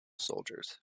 soldiers